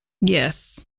Yes